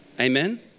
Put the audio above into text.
Amen